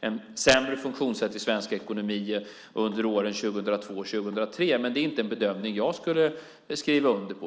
ett sämre funktionssätt i svensk ekonomi under åren 2002-2003, men det är inte en bedömning jag skulle skriva under på.